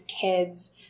kids